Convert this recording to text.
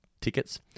tickets